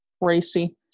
racy